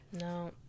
No